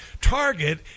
Target